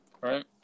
right